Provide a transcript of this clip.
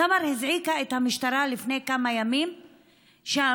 סמר הזעיקה את המשטרה לפני כמה ימים כדי